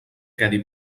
quedi